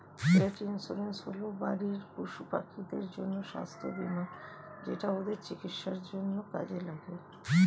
পেট insurance হল বাড়ির পশুপাখিদের জন্য স্বাস্থ্য বীমা যেটা ওদের চিকিৎসার জন্য কাজে লাগে